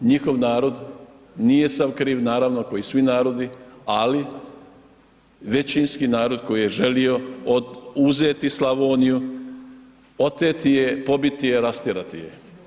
Njihov narod, nije sav kriv, naravno kao i svi narodi ali većinski narod koji je želio uzeti Slavoniju, oteti je, pobiti je, rastjerati je.